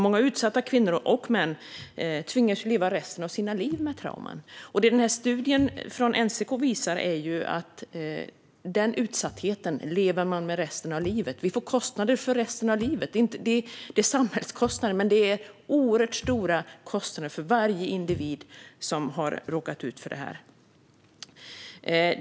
Många utsatta kvinnor och män tvingas leva resten av sina liv med trauman, och det studien från NCK visar är att den utsattheten lever man med resten av livet. Vi får kostnader för resten av livet. Det är samhällskostnader, men det är oerhört stora kostnader för varje individ som råkat ut för detta.